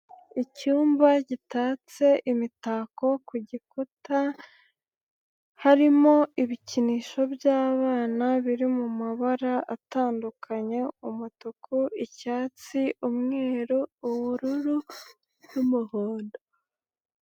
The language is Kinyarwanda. Icyumba gitatse imitako ku gikuta harimo ibikinisho by'abana biri mu mabara atandukanye, umutuku, icyatsi, umweru, ubururu n'umuhondo.